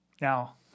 Now